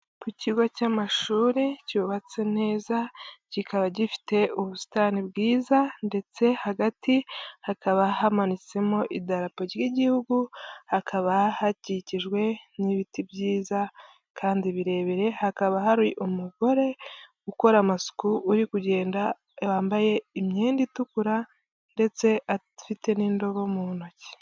Ku kigo cy'amashuri cyubatse neza, kikaba gifite ubusitani bwiza ndetse hagati hakaba hamanitsemo ry'Igihugu, hakaba hakikijwe n'ibiti byiza kandi birebire, hakaba hari umugore ukora amasuku uri kugenda wambaye imyenda itukura ndetse afite n'indobo mu ntoki.